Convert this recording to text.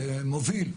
ומוביל,